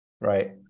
right